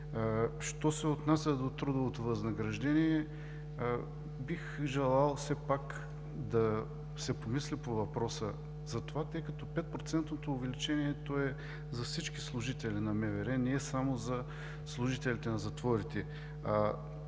Що се отнася до трудовото възнаграждение, бих желал все пак да се помисли по въпроса, тъй като 5-процентното увеличение е за всички служители на МВР, не е само за служителите на затворите.